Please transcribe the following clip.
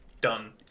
Done